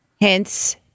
Hence